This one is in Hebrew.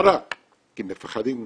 בשיירה, כי הם מפחדים לבד,